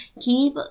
keep